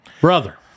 Brother